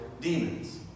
demons